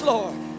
Lord